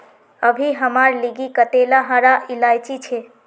अभी हमार लिगी कतेला हरा इलायची छे